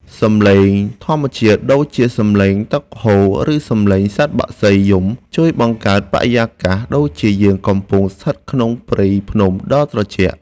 សំឡេងធម្មជាតិដូចជាសំឡេងទឹកហូរឬសំឡេងសត្វបក្សីយំជួយបង្កើតបរិយាកាសដូចជាយើងកំពុងស្ថិតក្នុងព្រៃភ្នំដ៏ត្រជាក់។